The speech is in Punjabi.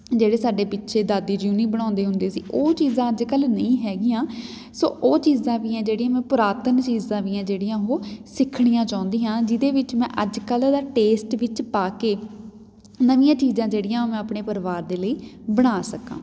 ਜਿਹੜੇ ਸਾਡੇ ਪਿੱਛੇ ਦਾਦੀ ਜੀ ਹੁਣੀ ਬਣਾਉਂਦੇ ਹੁੰਦੇ ਸੀ ਉਹ ਚੀਜ਼ਾਂ ਅੱਜ ਕੱਲ੍ਹ ਨਹੀਂ ਹੈਗੀਆਂ ਸੋ ਉਹ ਚੀਜ਼ਾਂ ਵੀ ਹੈ ਜਿਹੜੀਆਂ ਮੈਂ ਪੁਰਾਤਨ ਚੀਜ਼ਾਂ ਵੀ ਹੈ ਜਿਹੜੀਆਂ ਉਹ ਸਿੱਖਣੀਆਂ ਚਾਹੁੰਦੀ ਹਾਂ ਜਿਹਦੇ ਵਿੱਚ ਮੈਂ ਅੱਜ ਕੱਲ੍ਹ ਦਾ ਟੇਸਟ ਵਿੱਚ ਪਾ ਕੇ ਨਵੀਆਂ ਚੀਜ਼ਾਂ ਜਿਹੜੀਆਂ ਉਹ ਮੈਂ ਆਪਣੇ ਪਰਿਵਾਰ ਦੇ ਲਈ ਬਣਾ ਸਕਾਂ